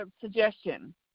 suggestion